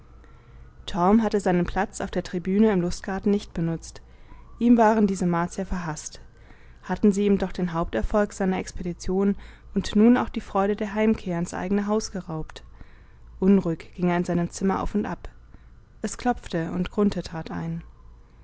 torm hatte seinen platz auf der tribüne im lustgarten nicht benutzt ihm waren diese martier verhaßt hatten sie ihm doch den haupterfolg seiner expedition und nun auch die freude der heimkehr ins eigene haus geraubt unruhig ging er in seinem zimmer auf und ab es klopfte und grunthe trat ein